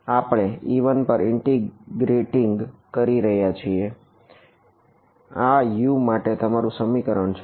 આપણે e1 પર integrating કરી રહ્યા છીએ આ u માટે તમારું સમીકરણ છે